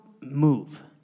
move